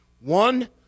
one